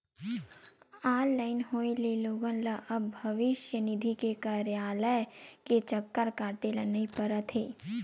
online होए ले लोगन ल अब भविस्य निधि के कारयालय के चक्कर काटे ल नइ परत हे